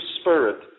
Spirit